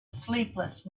sleepless